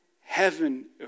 Heaven